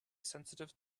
sensitive